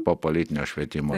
po politinio švietimo